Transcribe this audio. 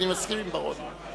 אני מסכים עם בר-און.